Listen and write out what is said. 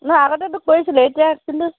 নহয় আগতেতো কৰিছিলে এতিয়া কিন্তু